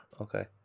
okay